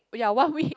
ya one week